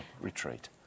retreat